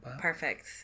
Perfect